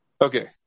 okay